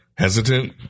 hesitant